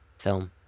film